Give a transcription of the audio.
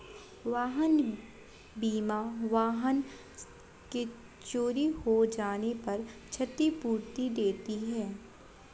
वाहन बीमा वाहन के चोरी हो जाने पर क्षतिपूर्ति देती है